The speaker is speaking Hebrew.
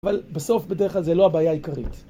אבל בסוף בדרך כלל זה לא הבעיה העיקרית.